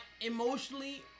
emotionally